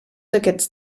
aquests